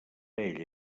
ella